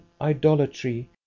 idolatry